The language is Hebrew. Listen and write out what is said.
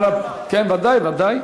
כן, ודאי, ודאי.